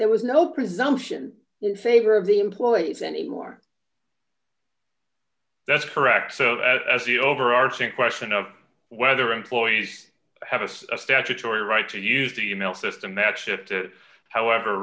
there was no presumption in favor of the employees anymore that's correct so as the overarching question of whether employees have a statutory right to use the e mails at the match if it however